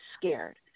scared